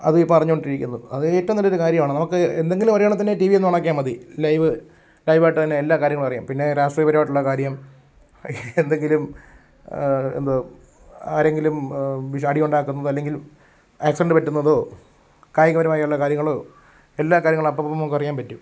അത് ഇപ്പം അറിഞ്ഞുകൊണ്ടിരിക്കുന്നു അത് ഏറ്റവും നല്ലൊരു കാര്യമാണ് നമുക്ക് എന്തെങ്കിലും അറിയണമെങ്കിൽത്തന്നെ ടി വി ഒന്ന് ഓണാക്കിയാൽ മതി ലൈവ് ലൈവായിട്ട് തന്നെ എല്ലാ കാര്യങ്ങളും അറിയാം പിന്നെ രാഷ്ട്രീയപരമായിട്ടുള്ള കാര്യം എന്തെങ്കിലും എന്തുവാ ആരെങ്കിലും വിഷ അടി ഉണ്ടാക്കുന്നതോ അല്ലെങ്കില് ആക്സിഡന്റ് പറ്റുന്നതോ കായികപരമായുള്ള കാര്യങ്ങളോ എല്ലാ കാര്യങ്ങളും അപ്പപ്പം നമുക്കറിയാന് പറ്റും